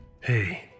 Hey